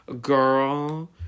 Girl